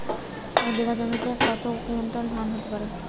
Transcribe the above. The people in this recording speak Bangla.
এক বিঘা জমিতে কত কুইন্টাল ধান হতে পারে?